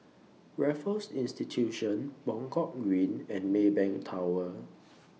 Raffles Institution Buangkok Green and Maybank Tower